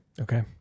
Okay